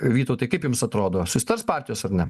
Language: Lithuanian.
vytautai kaip jums atrodo susitars partijos ar ne